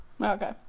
Okay